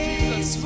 Jesus